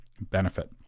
benefit